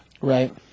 Right